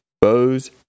bows